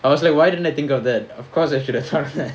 I was like why didn't I think of that of course I should've done that